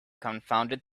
confounded